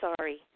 Sorry